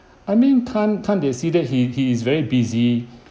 I mean can't can't they see that he he is very busy